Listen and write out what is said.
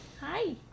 Hi